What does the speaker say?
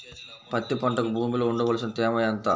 పత్తి పంటకు భూమిలో ఉండవలసిన తేమ ఎంత?